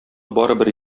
барыбер